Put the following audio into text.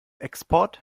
export